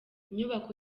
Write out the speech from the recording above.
inyubako